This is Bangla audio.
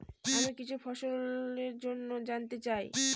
আমি কিছু ফসল জন্য জানতে চাই